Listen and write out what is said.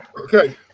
okay